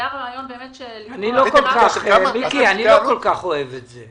היה רעיון --- מיקי, אני לא כל כך אוהב את זה.